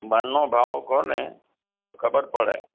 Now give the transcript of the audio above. મણનો ભાવ કહો ને ખબર પડે